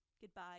goodbye